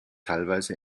teilweise